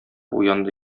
уянды